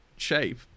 shape